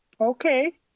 okay